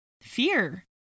fear